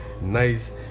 nice